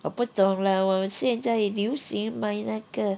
我不懂 lah 我现在流行卖那个